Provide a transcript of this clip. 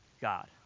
God